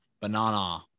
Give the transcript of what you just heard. banana